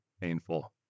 painful